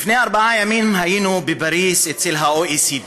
לפני ארבעה ימים היינו בפריז, ב-OECD,